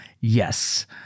yes